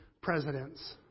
presidents